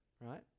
right